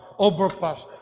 Overpass